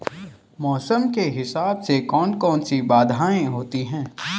मौसम के हिसाब से कौन कौन सी बाधाएं होती हैं?